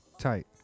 Tight